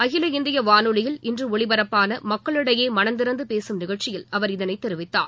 அகில இந்திய வானொலியில் இன்று ஒலிபரப்பான மக்களிடையே மனந்திறந்து பேசும் நிகழ்ச்சியில் அவர் இதனைத் தெரிவித்தார்